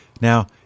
Now